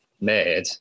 made